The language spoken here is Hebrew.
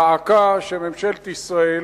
דא עקא שממשלת ישראל